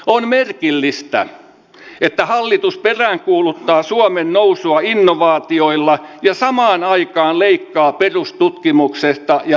on merkillistä että hallitus peräänkuuluttaa suomen nousua innovaatioilla ja samaan aikaan leikkaa perustutkimuksesta ja